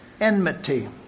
Enmity